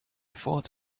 thought